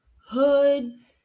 hood